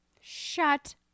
Shut